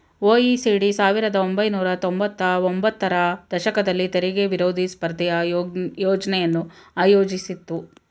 OECD ಸಾವಿರದ ಒಂಬೈನೂರ ತೊಂಬತ್ತ ಒಂಬತ್ತರ ದಶಕದಲ್ಲಿ ತೆರಿಗೆ ವಿರೋಧಿ ಸ್ಪರ್ಧೆಯ ಯೋಜ್ನೆಯನ್ನು ಆಯೋಜಿಸಿತ್ತು